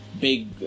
big